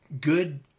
good